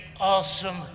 awesome